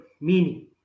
meaning